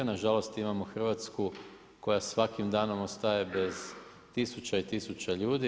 Nažalost imamo Hrvatsku koja svakim danom ostaje bez tisuća i tisuća ljudi.